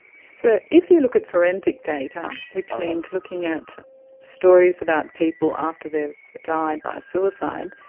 so if you look at forensic data, which means looking at stories about people after they've died by suicide,